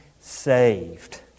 saved